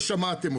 שמעתם אותו.